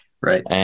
Right